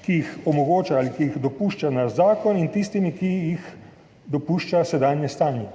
ki jih omogoča ali ki jih dopušča naš zakon, in tistimi, ki jih dopušča sedanje stanje.